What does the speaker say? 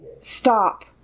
Stop